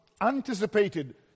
anticipated